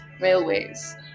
railways